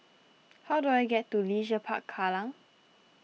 how do I get to Leisure Park Kallang